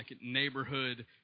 neighborhood